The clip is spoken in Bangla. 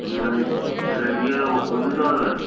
আমি এই ফু ছেলের বিয়ে দেবো ফুল দিতে পারবেন